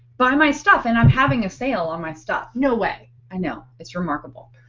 buy my stuff and i'm having a sale on my stuff. no way! i know its remarkable.